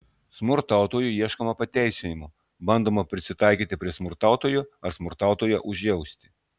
smurtautojui ieškoma pateisinimų bandoma prisitaikyti prie smurtautojo ar smurtautoją užjausti